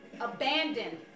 abandoned